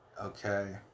Okay